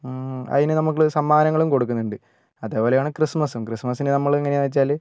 അതിന് നമ്മള് സമ്മാനങ്ങളും കൊടുക്കുന്നുണ്ട് അതേപോലെയാണ് ക്രിസ്മസും ക്രിസ്ത്മസിന് നമ്മള് എങ്ങനെയാന്ന് വെച്ചാല്